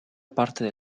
parte